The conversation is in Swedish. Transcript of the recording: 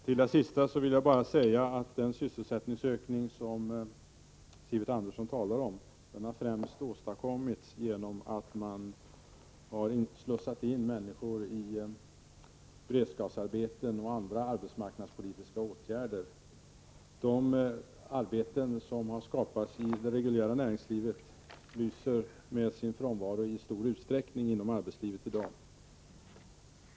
Fru talman! Till det sista vill jag bara säga att den sysselsättningsökning som Sivert Andersson talar om främst har åstadkommits genom att människor har slussats in i beredskapsarbeten och andra arbetsmarknadspolitiska åtgärder. De arbeten som har skapats i det reguljära näringslivet lyser i stor utsträckning med sin frånvaro i dag inom arbetslivet.